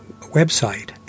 website